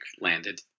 landed